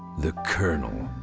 the colonel.